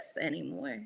anymore